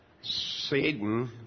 Satan